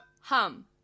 Hum